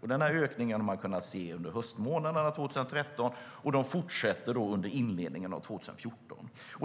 Denna ökning hade man kunnat se under höstmånaderna 2013, och den fortsätter under inledningen av 2014.